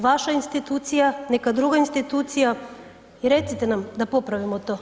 Vaša institucija, neka druga institucija i recite nam, da popravimo to.